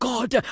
God